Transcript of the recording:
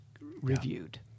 reviewed